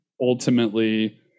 ultimately